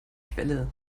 quelle